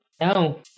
No